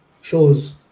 shows